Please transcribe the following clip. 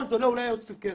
אולי זה יעלה עוד קצת כסף,